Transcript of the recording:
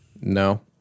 No